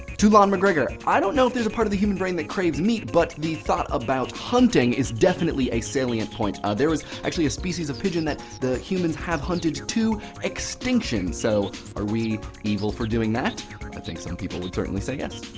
to lon macgregor, i don't know if there's a part of the human brain that craves meat, but he thought about hunting is definitely a salient point. ah there was actually a species of pigeon that the humans have hunted to extinction. so are we evil for doing that? i think some people would certainly say, yes.